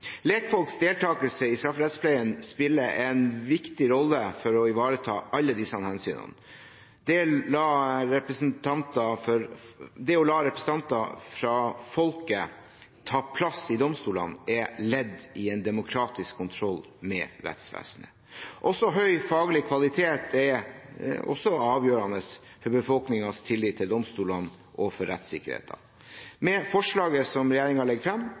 Lekfolks deltakelse i strafferettspleien spiller en viktig rolle for å ivareta alle disse hensynene. Det å la representanter fra folket ta plass i domstolene er ledd i en demokratisk kontroll med rettsvesenet. Også høy faglig kvalitet er avgjørende for befolkningens tillit til domstolene og for rettssikkerheten. Med forslaget som regjeringen legger